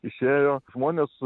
išėjo žmonės